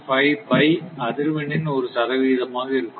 5 pi அதிர்வெண்ணின் ஒரு சதவிகிதம் ஆக இருக்கும்